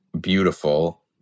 beautiful